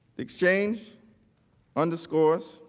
exchange underscores